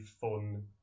fun